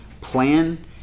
plan